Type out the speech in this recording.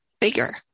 bigger